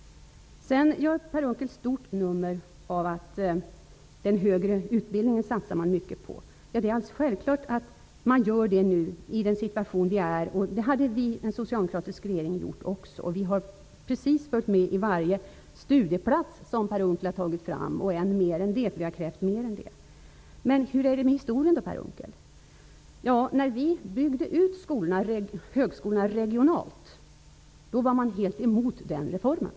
Sedan gör Per Unckel ett stort nummer av att man satsar mycket på den högre utbildningen. Det är alldeles självklart att göra det nu, i den situation som vi har. Det hade en socialdemokratisk regering gjort också. Vi har varit med om varje studieplats som Per Unckel har tagit fram, och vi har krävt mer än det. Men hur är det med historien då, Per Unckel? När vi byggde ut högskolorna regionalt, var ni helt emot den reformen.